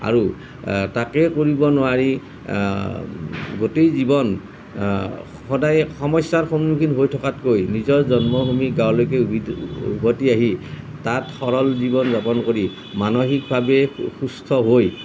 আৰু তাকে কৰিব নোৱাৰি গোটেই জীৱন সদায় সমস্যাৰ সন্মুখীন হৈ থকাতকৈ নিজৰ জন্ম ভূমিৰ গাঁৱলৈকে উভেটি উভটি আহি তাত সৰল সহজ জীৱন যাপন কৰি মানসিকভাৱে সুস্থ হৈ